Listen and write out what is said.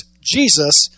Jesus